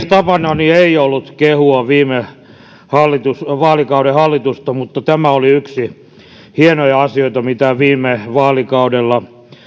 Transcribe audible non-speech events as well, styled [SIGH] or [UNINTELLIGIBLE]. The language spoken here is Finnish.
[UNINTELLIGIBLE] tapanani ei ollut kehua viime vaalikauden hallitusta mutta tämä oli yksi hienoista asioista mitä viime vaalikaudella